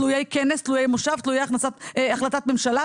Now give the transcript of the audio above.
תלויי כנס, תלויי מושב, תלויי החלטת ממשלה.